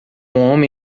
homem